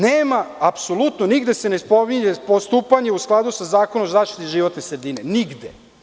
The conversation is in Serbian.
Nema, apsolutno nigde se ne spominje postupanje u skladu sa Zakonom o zaštiti životne sredine, nigde.